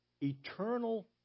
eternal